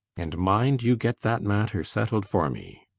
and mind you get that matter settled for me.